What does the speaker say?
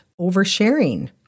oversharing